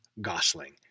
Gosling